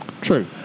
True